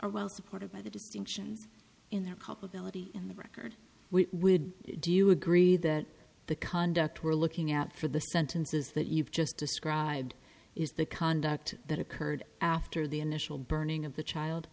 are well supported by the distinctions in their culpability in the record we would do you agree that the conduct we're looking at for the sentences that you've just described is the conduct that occurred after the initial burning of the child